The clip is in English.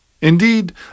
Indeed